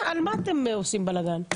על מה אתם עושים בלגאן?